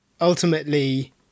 ultimately